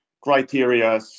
criteria